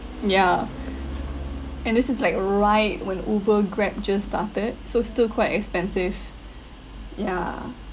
yeah and this is like right when Uber Grab just started so still quite expensive yeah